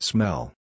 Smell